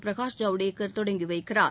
பிரகாஷ் ஜவடேகர் தொடங்கி வைக்கிறார்